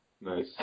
Nice